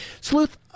Sleuth